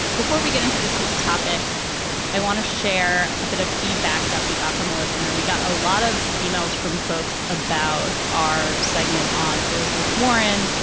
before we get into this week's topics i want to share a bit of feedback that we got from a listener. we got a lot of emails from folks about our segment on elizabeth warren,